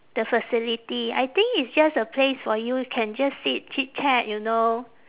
the facility I think it's just a place for you can just sit chit chat you know